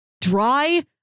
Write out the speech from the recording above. dry